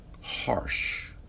harsh